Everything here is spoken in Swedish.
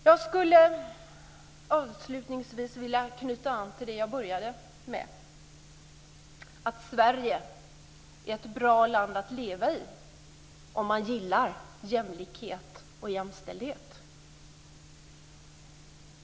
Jag skulle avslutningsvis vilja knyta an till det jag började med, att Sverige är ett bra land att leva i om man gillar jämlikhet och jämställdhet.